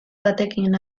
batekin